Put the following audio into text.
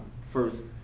first